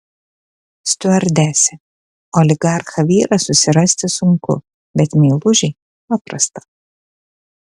stiuardesė oligarchą vyrą susirasti sunku bet meilužį paprasta